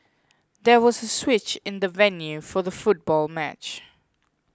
there was a switch in the venue for the football match